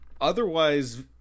otherwise